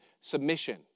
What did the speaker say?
submission